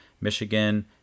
Michigan